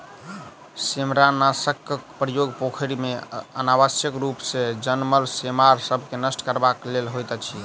सेमारनाशकक प्रयोग पोखैर मे अनावश्यक रूप सॅ जनमल सेमार सभ के नष्ट करबाक लेल होइत अछि